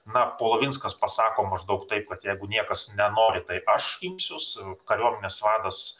na polavinskas pasako maždaug taip kad jeigu niekas nenori tai aš imsiuos kariuomenės vadas